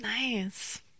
nice